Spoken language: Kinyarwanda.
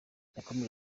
yakomeje